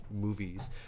movies